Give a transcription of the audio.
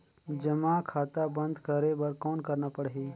जमा खाता बंद करे बर कौन करना पड़ही?